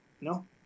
No